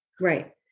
Right